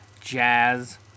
jazz